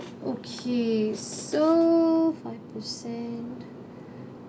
okay so five percent